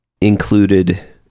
included